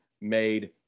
made